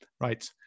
Right